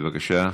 בבקשה.